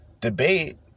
debate